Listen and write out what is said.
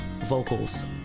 vocals